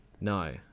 no